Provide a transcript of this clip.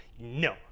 no